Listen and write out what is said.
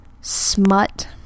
smut